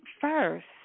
first